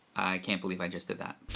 i can't believe i just did that.